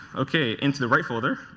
okay. into the right folder.